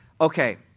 okay